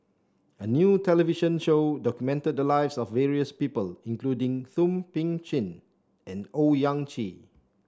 a new television show documented the lives of various people including Thum Ping Tjin and Owyang Chi